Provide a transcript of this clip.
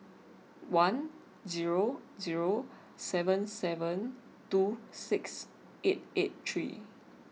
one zero zero seven seven two six eight eight three